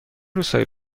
روزهایی